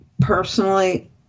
Personally